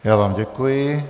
Já vám děkuji.